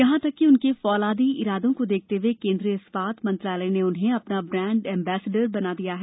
यहाँ तक कि उनके फौलादी इरादों को देखते हुए केंद्रीय इस्पात मंत्रालय ने उन्हें अपना ब्रांड एम्बेसडर बना लिया है